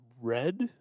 red